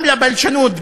גם לבלשנות,